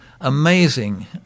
amazing